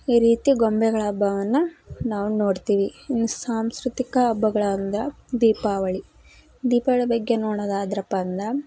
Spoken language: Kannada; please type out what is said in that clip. ಈ ರೀತಿ ಗೊಂಬೆಗಳ ಹಬ್ಬವನ್ನ ನಾವು ನೋಡ್ತೀವಿ ಇನ್ನು ಸಾಂಸ್ಕೃತಿಕ ಹಬ್ಬಗಳಂದ್ರ ದೀಪಾವಳಿ ದೀಪಾವಳಿ ಬಗ್ಗೆ ನೋಡೋದಾದ್ರಪ್ಪ ಅಂದ್ರೆ